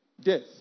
Death